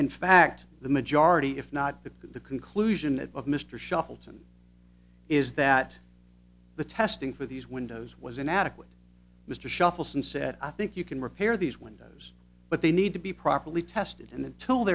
in fact the majority if not the the conclusion of mr shelton is that the testing for these windows was inadequate mr shuffles and said i think you can repair these windows but they need to be properly tested and until